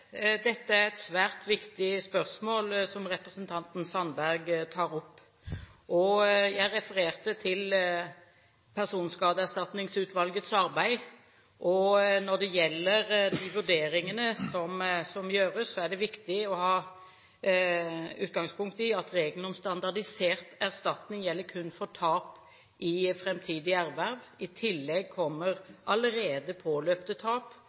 er et svært viktig spørsmål representanten Sandberg tar opp. Jeg refererte til Personskadeerstatningsutvalgets arbeid, og når det gjelder de vurderingene som gjøres, er det viktig å ha utgangspunkt i at regelen om standardisert erstatning kun gjelder for tap av framtidig erverv. I tillegg kommer allerede påløpte tap,